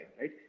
right